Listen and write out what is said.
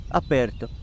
aperto